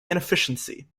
inefficiency